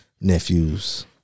nephews